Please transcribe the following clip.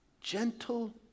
gentle